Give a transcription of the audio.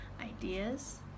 ideas